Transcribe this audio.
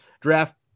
draft